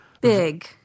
Big